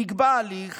נקבע הליך